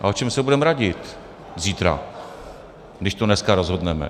A o čem se budeme radit zítra, když to dneska rozhodneme?